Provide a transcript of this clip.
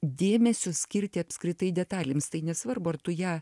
dėmesio skirti apskritai detalėms tai nesvarbu ar tu ją